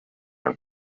and